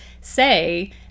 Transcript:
say